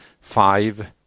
five